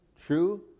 true